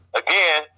again